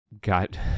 got